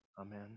Amen